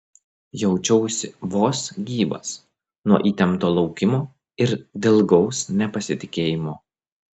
jaučiausi vos gyvas nuo įtempto laukimo ir dilgaus nepasitikėjimo